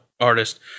artist